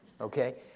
Okay